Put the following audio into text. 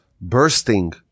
bursting